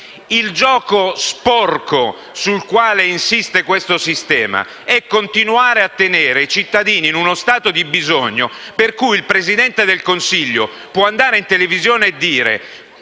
Il gioco sporco su cui insiste questo sistema è continuare a tenere i cittadini in uno stato di bisogno, per cui il Presidente del Consiglio può andare in televisione a dire